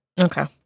Okay